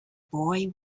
boy